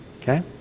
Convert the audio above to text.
Okay